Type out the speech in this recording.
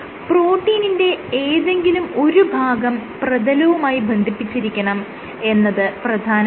പ്രോട്ടീനിന്റെ ഏതെങ്കിലും ഒരു ഭാഗം പ്രതലവുമായി ബന്ധിപ്പിച്ചിരിക്കണം എന്നത് പ്രധാനമാണ്